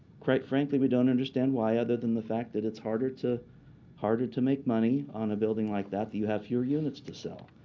quite frankly, we don't understand why other than the fact that it's harder to harder to make money on a building like that that you have fewer units to sell.